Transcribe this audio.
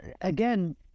again